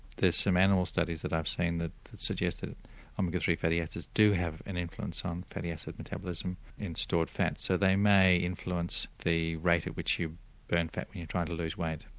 some animal studies that i've seen that suggest that omega three fatty acids do have an influence on fatty acid metabolism and stored fat. so they may influence the rate at which you burn fat when you're trying to lose weight.